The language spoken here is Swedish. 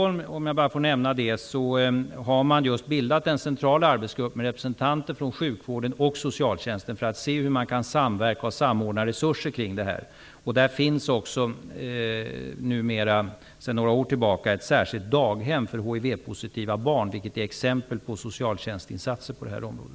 Låt mig bara få nämna att man i Stockholm just har bildat en central arbetsgrupp med representanter för sjukvården och socialtjänsten för att se hur man kan samverka och samordna resurser på detta område. Där finns sedan några år tillbaka också ett särskilt daghem för hiv-positiva barn. Det är ett exempel på socialtjänstens insatser på detta område.